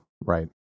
Right